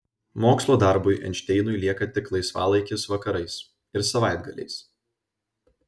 mokslo darbui einšteinui lieka tik laisvalaikis vakarais ir savaitgaliais